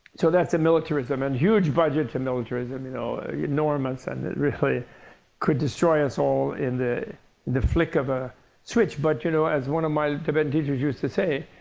so that's militarism. and huge budget to militarism, you know enormous. and it really could destroy us all in the the flick of a switch. but you know as one of my tibetan teachers used to say,